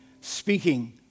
speaking